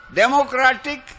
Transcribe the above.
democratic